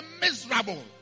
miserable